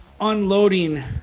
unloading